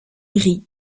rient